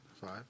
five